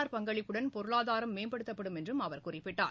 தனியார் பங்களிப்புடன் பொருளாதாரம் மேம்படுத்தப்படும் என்றும் அவர் குறிப்பிட்டார்